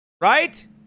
right